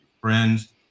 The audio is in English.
friends